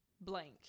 blank